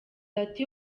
ati